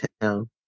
Town